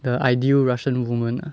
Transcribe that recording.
the ideal russian woman ah